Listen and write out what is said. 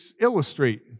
illustrate